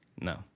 No